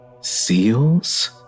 Seals